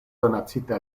donacita